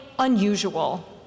unusual